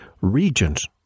regions